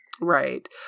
Right